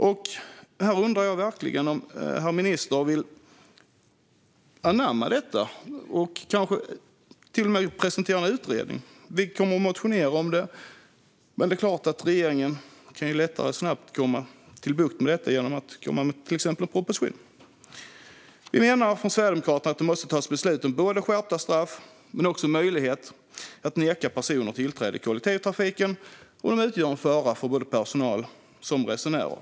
Jag undrar verkligen om herr ministern vill anamma detta och kanske till och med presentera en utredning. Vi kommer att lämna in en motion om det. Men regeringen kan såklart lättare få bukt med detta genom exempelvis en proposition. Vi i Sverigedemokraterna menar att det måste fattas beslut om både skärpta straff och möjligheter att neka personer tillträde i kollektivtrafiken när de utgör en fara för personal och resenärer.